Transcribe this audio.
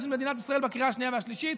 של מדינת ישראל בקריאה השנייה והשלישית.